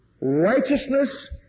righteousness